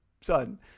son